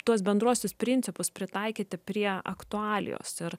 tuos bendruosius principus pritaikyti prie aktualijos ir